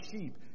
sheep